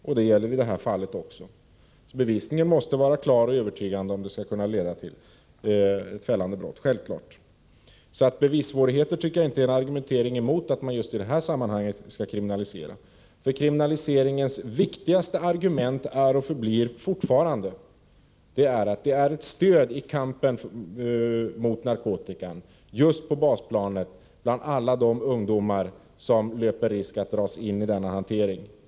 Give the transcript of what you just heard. Detta gäller även i detta fall. Bevisningen måste vara klar och övertygande om den skall kunna leda till en fällande dom. Bevissvårigheter tycker jag dock inte är en argumentering mot att man just i detta sammanhang skall kriminalisera. Det viktigaste argumentet för kriminalisering är och förblir att denna fortfarande innebär ett stöd i kampen mot narkotikan just på basplanet, bland de ungdomar som löper risk att dras in i denna hantering.